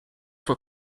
for